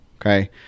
okay